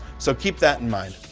so, keep that in mind.